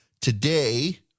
Today